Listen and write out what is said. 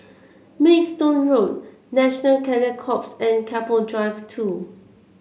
Maidstone Road National Cadet Corps and Keppel Drive Two